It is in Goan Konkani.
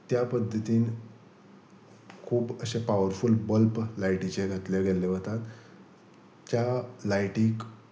त्या पद्दतीन खूब अशे पावरफूल बल्ब लायटीचे घातल्यो गेल्ल्यो वतात त्या लायटीक